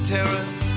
Terrace